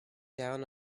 down